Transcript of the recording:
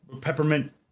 peppermint